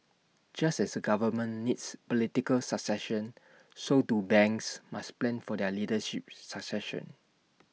just as A government needs political succession so too banks must plan for their leadership succession